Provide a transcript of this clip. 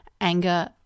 anger